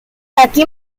aquí